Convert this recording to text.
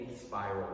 spiral